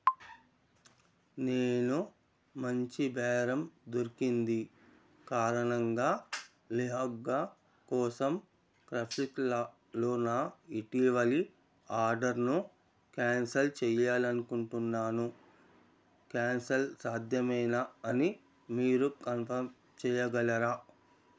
నేను మంచి బేరం దొరికింది కారణంగా లెహెంగా కోసం క్రాఫ్ట్స్విల్లాలో నా ఇటీవలి ఆర్డర్ను క్యాన్సిల్ చేయాలి అనుకుంటున్నాను క్యాన్సిల్ సాధ్యమేనా అని మీరు కన్ఫామ్ చేయగలరా